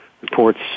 reports